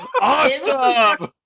Awesome